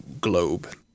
globe